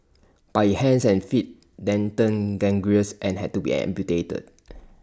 but his hands and feet then turned gangrenous and had to be amputated